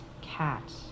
cat